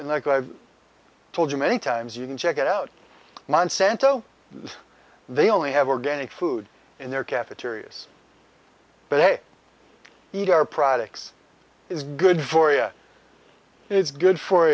and i've told you many times you can check it out monsanto they only have organic food in their cafeterias but hey eat our products is good for ya it's good for